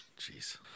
Jeez